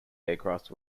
aircraft